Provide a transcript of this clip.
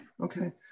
Okay